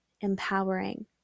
empowering